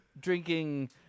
drinking